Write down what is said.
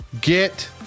Get